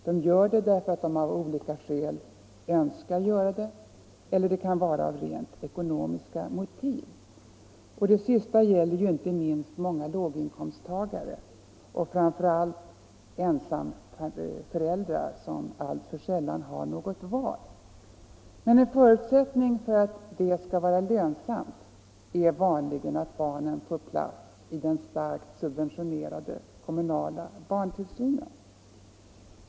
De gör det därför att de av olika skäl önskar göra detta, eller det kan vara av rent ekonomiska motiv. Det sistnämnda gäller inte minst många låginkomsttagare och framför allt ensamföräldrar, som alltför sällan har något val. En förutsättning för att detta skall vara lönsamt är vanligen att barnen får plats i den starkt subventionerade kommunala barntillsynen.